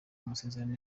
masezerano